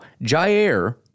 Jair